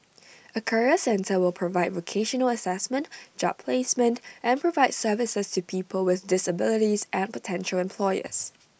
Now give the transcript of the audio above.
A career centre will provide vocational Assessment job placement and support services to people with disabilities and potential employers